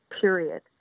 period